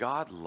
God